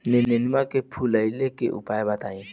नेनुआ फुलईले के उपाय बताईं?